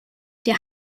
der